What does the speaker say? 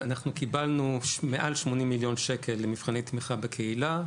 אנחנו קיבלנו מעל 80 מיליון שקל למבחני תמיכה בקהילה,